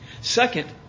Second